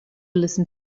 listen